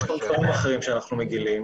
יש דברים אחרים שאנחנו מגלים,